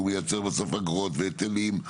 הוא מייצר בסוף אגרות והיטלים,